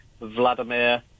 Vladimir